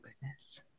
goodness